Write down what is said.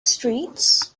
streets